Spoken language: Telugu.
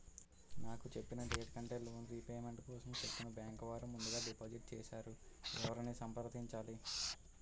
నాకు చెప్పిన డేట్ కంటే లోన్ రీపేమెంట్ కోసం చెక్ ను బ్యాంకు వారు ముందుగా డిపాజిట్ చేసారు ఎవరిని సంప్రదించాలి?